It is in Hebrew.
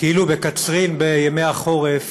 כאילו בקצרין בימי החורף